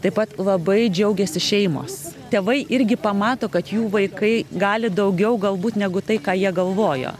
taip pat labai džiaugiasi šeimos tėvai irgi pamato kad jų vaikai gali daugiau galbūt negu tai ką jie galvojo